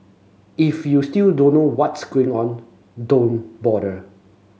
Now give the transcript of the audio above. if you still don't know what's going on don't bother